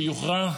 שיוכרע,